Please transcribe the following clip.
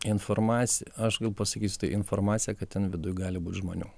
informacija aš gal pasakysiu taip informacija kad ten viduj gali būt žmonių